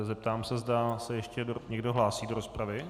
Zeptám se, zda se ještě někdo hlásí do rozpravy.